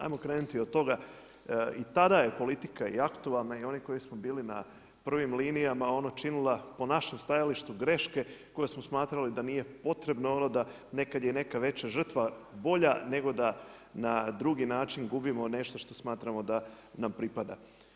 Ajmo krenuti od toga i tada je politika i aktualna i oni koji su bili na prvim linijama, ono činila po našem stajalištu greške koje smo smatrali da nije potrebno, da nekad je neka veća žrtva bolja, nego da na drugi način gubimo nešto što smatramo da nam pripada.